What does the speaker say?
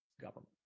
government